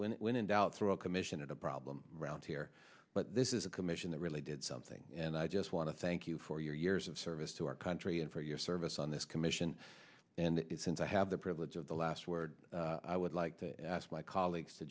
when when in doubt through a commission of a problem around here but this is a commission that really did something and i just want to thank you for your years of service to our country and for your service on this commission and since i have the privilege of the last word i would like to ask my colleagues to